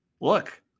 Look